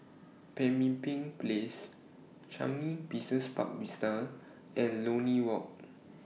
Pemimpin Place Changi Business Park Vista and Lornie Walk